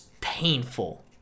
painful